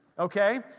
okay